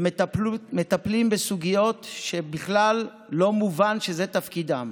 והם מטפלים בסוגיות שבכלל לא מובן שזה תפקידם,